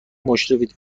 مشرفید